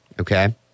okay